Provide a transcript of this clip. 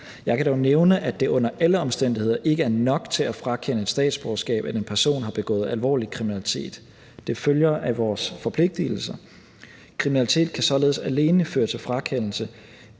Jeg kan dog nævne, at det under alle omstændigheder ikke er nok til at frakende et statsborgerskab, at en person har begået alvorlig kriminalitet. Det følger af vores forpligtigelser. Kriminalitet kan således alene føre til frakendelse,